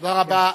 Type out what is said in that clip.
תודה רבה.